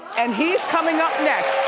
and he's coming up next.